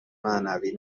معنوی